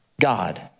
God